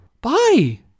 Bye